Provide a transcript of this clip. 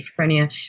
schizophrenia